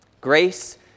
grace